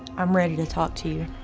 i'm ready to talk to you.